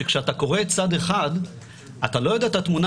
שכשאתה קורה צד אחד אתה לא יודע את התמונה